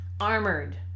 armored